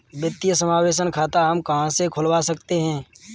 वित्तीय समावेशन खाता हम कहां से खुलवा सकते हैं?